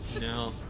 No